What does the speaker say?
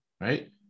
Right